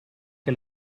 che